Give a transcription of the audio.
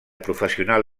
professional